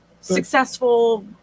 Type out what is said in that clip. successful